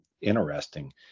interesting